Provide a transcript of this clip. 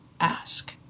ask